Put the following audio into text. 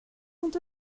sont